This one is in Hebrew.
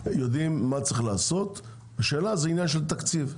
יודעים מה צריך לעשות וזאת שאלה של תקציב.